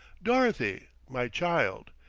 dorothy, my child,